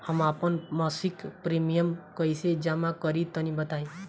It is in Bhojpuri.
हम आपन मसिक प्रिमियम कइसे जमा करि तनि बताईं?